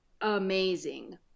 amazing